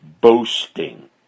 boasting